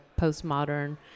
postmodern